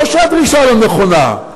לא שהדרישה לא נכונה,